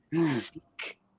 seek